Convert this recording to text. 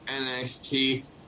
NXT